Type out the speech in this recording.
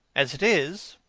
as it is,